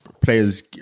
players